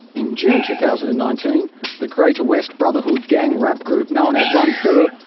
in june two thousand and nineteen the greater west brotherhood gang rap group known as onefour.